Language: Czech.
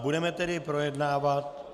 Budeme tedy projednávat...